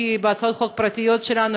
בהצעות חוק פרטיות שלנו,